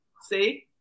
See